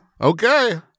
Okay